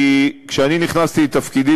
כי כשאני נכנסתי לתפקידי,